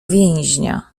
więźnia